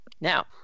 Now